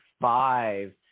five